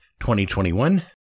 2021